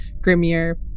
Grimier